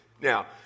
Now